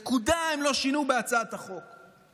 נקודה הם לא שינו בהצעת החוק.